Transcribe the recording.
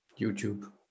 YouTube